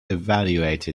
evaluate